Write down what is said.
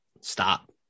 stop